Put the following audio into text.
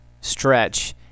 stretch